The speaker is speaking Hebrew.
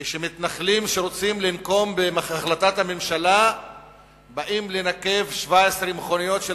כאשר מתנחלים שרוצים לנקום בהחלטת הממשלה באים לנקב 17 מכוניות של